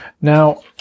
Now